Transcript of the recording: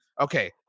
okay